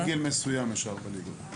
מגיל מסוים יש ארבע ליגות.